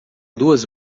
duas